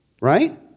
right